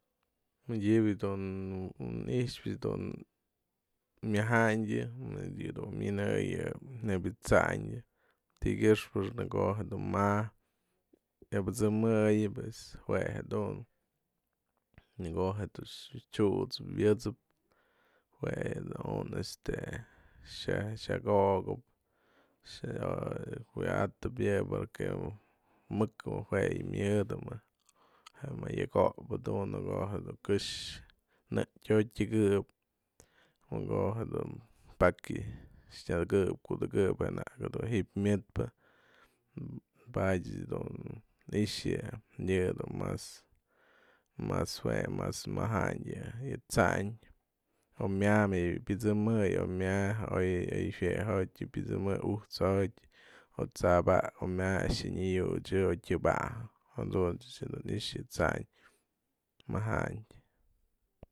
Mëdyëbë dun i'ixpë myajanty nebia dun minëyën më dun minëyën nebya yë tsa'andë ti'i kyëxpë në ko'o je du ma'a iabëtsëmëy pues jue jedun në ko'o je dun t'siusëp wyësëp fue dun este xa'a xa'akokap wyadap yë porque më'ëk mëjk jue yë myëdë mëjk je mëyëko'opëdun në ko'o jedun këxë nëtyo'otë tyëkë'ëp në ko'o jedun pakia nyadëkëp kudëkep je na'ak dun ji'ib myëdpë pa'adyë dun i'ix yë dun mas jue mas majandyë yë tsa'andë omya mëj yë pyasëmëy omya oy jue jo'oty ujt'sotë o t'sabak omya a'ax yë nya'ayudy oy tyabajë jadun ech dun i'ixa yë tsa'andë majandyë.